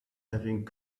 having